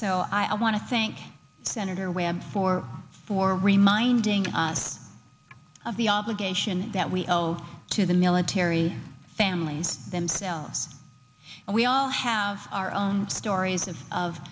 so i want to thank senator webb for for reminding us of the obligation that we owe to the military families themselves and we all have our own stories of